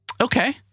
Okay